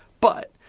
but,